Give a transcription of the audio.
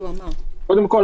קודם כל,